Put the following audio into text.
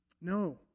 No